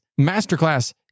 masterclass